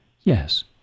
yes